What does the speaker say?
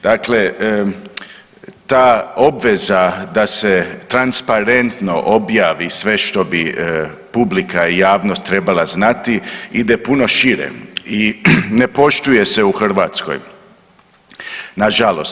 Dakle, ta obveza da se transparentno objavi sve što bi publika i javnost trebala znati ide puno šire i ne poštuje se u Hrvatskoj nažalost.